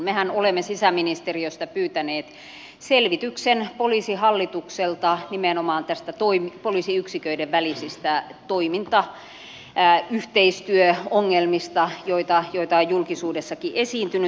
mehän olemme sisäministeriöstä pyytäneet selvityksen poliisihallitukselta nimenomaan näistä poliisiyksiköiden välisistä toimintayhteistyöongelmista joita on julkisuudessakin esiintynyt